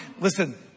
listen